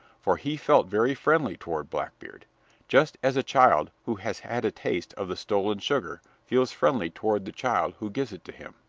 for he felt very friendly toward blackbeard just as a child who has had a taste of the stolen sugar feels friendly toward the child who gives it to him.